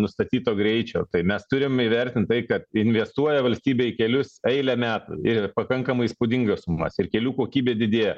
nustatyto greičio tai mes turim įvertint tai kad investuoja valstybė į kelius eilę metų ir pakankamai įspūdingas sumas ir kelių kokybė didėja